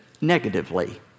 negatively